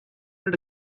did